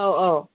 ꯑꯧ ꯑꯧ